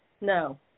No